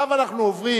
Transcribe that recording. עכשיו אנחנו עוברים